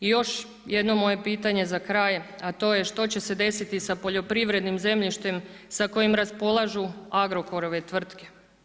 I još jedno moje pitanje za kraj, a to je što će se desiti sa poljoprivrednim zemljištem sa kojim raspolažu Agrokorove tvrtke?